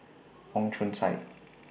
Wong Chong Sai